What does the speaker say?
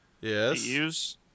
Yes